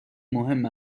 مهم